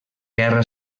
guerra